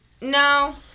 no